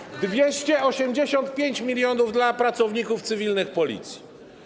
Chodzi o 285 mln dla pracowników cywilnych Policji.